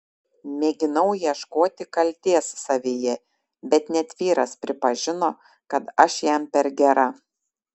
mėginau ieškoti kaltės savyje bet net vyras pripažino kad aš jam per gera